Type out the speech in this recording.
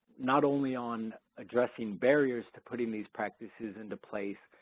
not only on addressing barriers to putting these practices into place,